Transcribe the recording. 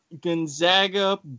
Gonzaga